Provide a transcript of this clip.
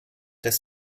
des